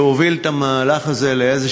שהוביל את המהלך הזה לאיזה